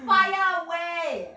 fire away